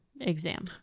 exam